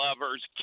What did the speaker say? lovers